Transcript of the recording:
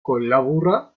col·laborà